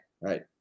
right